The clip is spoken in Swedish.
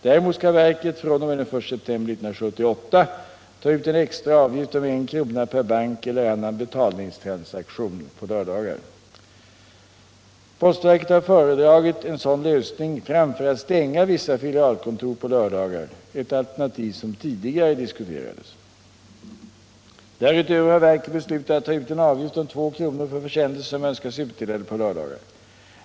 Däremot skall verket fr.o.m. den 1 september 1978 ta ut en extra avgift om en krona per bankeller annan betalningstransaktion på lördagar. Postverket har föredragit en sådan lösning framför att stänga vissa filialkontor på lördagar, ett alternativ som tidigare diskuterades. Därutöver har verket beslutat att ta ut en avgift om två kronor för försändelser som önskas utdelade på lördagar.